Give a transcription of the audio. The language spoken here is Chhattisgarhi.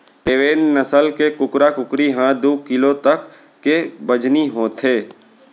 देवेन्द नसल के कुकरा कुकरी ह दू किलो तक के बजनी होथे